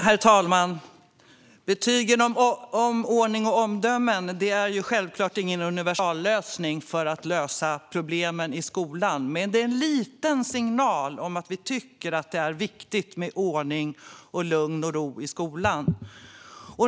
Herr talman! Omdömen i ordning och uppförande är självklart ingen universallösning på problemen i skolan, men det är en liten signal om att vi tycker att det är viktigt med ordning och lugn och ro i skolan.